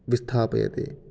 स्थापयते